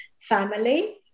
Family